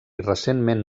recentment